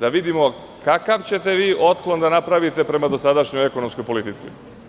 da vidimo kakav ćete vi otklon da napravite prema dosadašnjoj ekonomskoj politici.